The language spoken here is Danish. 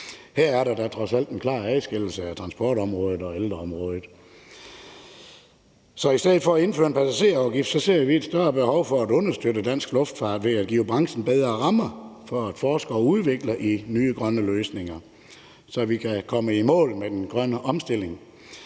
Her er der da trods alt en klar adskillelse af transportområdet og ældreområdet. Så i stedet for at indføre en passagerafgift ser vi et større behov for at understøtte dansk luftfart ved at give branchen bedre rammer for at forske i og udvikle nye grønne løsninger, så vi kan komme i mål med den grønne omstilling.